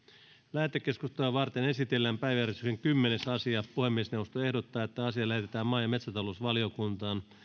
lähetekeskustelua varten esitellään päiväjärjestyksen kymmenes asia puhemiesneuvosto ehdottaa että asia lähetetään maa ja metsätalousvaliokuntaan